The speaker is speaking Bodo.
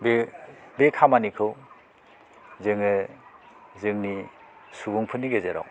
बे बे खामानिखौ जोङो जोंनि सुबुंफोरनि गेजेराव